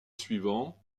suivants